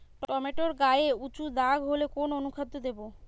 Tomato গায়ে উচু দাগ হলে কোন অনুখাদ্য দেবো?